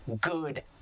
Good